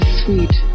sweet